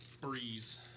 Breeze